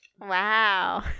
Wow